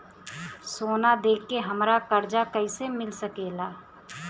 सोना दे के हमरा कर्जा कईसे मिल सकेला?